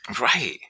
Right